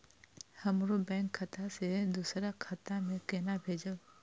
हमरो बैंक खाता से दुसरा खाता में केना भेजम?